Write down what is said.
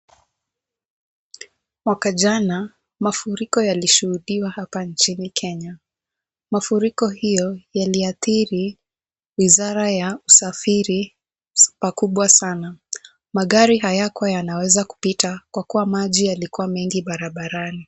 Mwaka jana mafuriko yalishuhudiwa hapa nchini Kenya .Mafuriko hiyo yaliathiri wizara ya usafiri pakubwa sana .Magari hayakuwa yanaweza kupita kwa kuwa maji yalikuwa mengi barabarani.